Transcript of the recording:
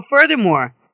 furthermore